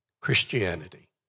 Christianity